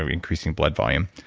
ah increasing blood volume.